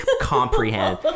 Comprehend